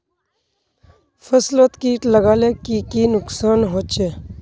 फसलोत किट लगाले की की नुकसान होचए?